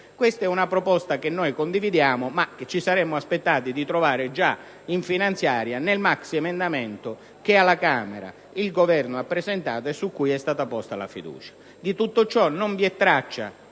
Questa è una proposta che condividiamo, ma ci saremmo aspettati di trovarla già in finanziaria, nel maxiemendamento che alla Camera il Governo ha presentato e su cui è stata posta la fiducia. Di tutto ciò non vi è traccia